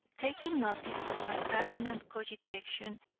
taking notice of my passionate cogitation,